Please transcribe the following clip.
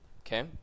Okay